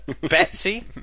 Betsy